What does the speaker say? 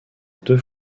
deux